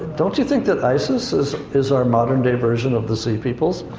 don't you think that isis is is our modern-day version of the sea peoples?